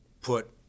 put